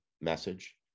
message